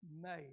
made